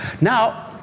Now